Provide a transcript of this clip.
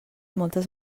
moltes